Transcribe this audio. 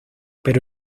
pero